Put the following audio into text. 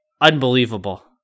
unbelievable